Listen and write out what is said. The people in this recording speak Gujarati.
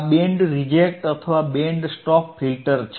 આ બેન્ડ રિજેક્ટ અથવા બેન્ડ સ્ટોપ ફિલ્ટર છે